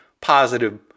positive